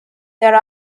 there